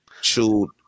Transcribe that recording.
chewed